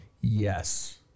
Yes